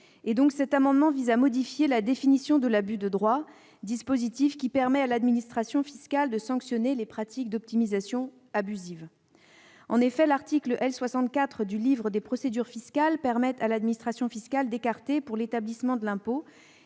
Cet amendement vise à modifier la définition de l'abus de droit, dispositif qui permet à l'administration fiscale de sanctionner les pratiques d'optimisation abusive. En effet, l'article L. 64 du livre des procédures fiscales permet à l'administration fiscale d'écarter, pour l'établissement de l'impôt,